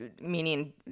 meaning